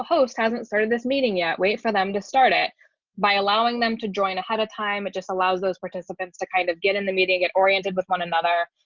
host hasn't started this meeting yet wait for them to start it by allowing them to join ahead of time. it just allows those participants to kind of get in the meeting get oriented with one another.